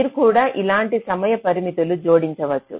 మీరు కూడా ఇలాంటి సమయ పరిమితులు జోడించవచ్చు